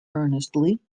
earnestly